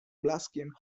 blaskiem